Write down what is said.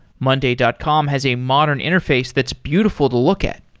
monday dot com has a modern interface that's beautiful to look at.